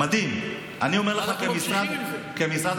אנחנו ממשיכים עם זה.